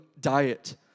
diet